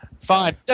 Fine